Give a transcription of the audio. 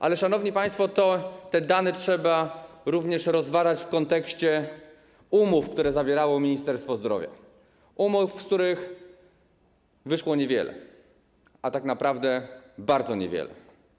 Ale, szanowni państwo, te dane trzeba również rozważać w kontekście umów, które zawierało Ministerstwa Zdrowia, umów, z których wyszło niewiele, a tak naprawdę - bardzo niewiele.